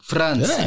France